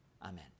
Amen